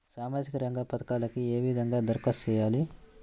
సామాజిక రంగ పథకాలకీ ఏ విధంగా ధరఖాస్తు చేయాలి?